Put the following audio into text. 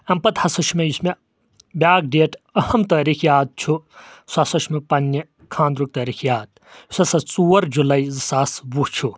امہِ پتہٕ ہسا چھُ مےٚ یہِ چھُ مےٚ بیٚاکھ ڈیٹ أہم تٲریٖخ یاد چھُ سُہ ہسا چھُ مےٚ پننہِ خٲنٛدرُک تٲریٖخ یاد یُس سا ژور جُلاے زٕ ساس وُہ چھُ